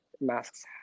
masks